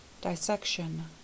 dissection